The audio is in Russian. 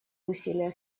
усилия